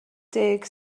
deg